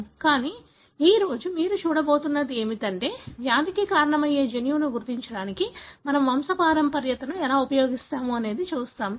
కానీ ఈ రోజు మీరు చూడబోతున్నది ఏమిటంటే వ్యాధికి కారణమయ్యే జన్యువును గుర్తించడానికి మనము వంశపారంపర్యతను ఎలా ఉపయోగిస్తాము అనేది చూస్తాము